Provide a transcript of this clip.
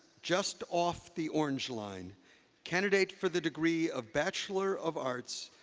just off the orange line candidate for the degree of bachelor of arts,